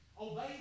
obey